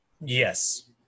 Yes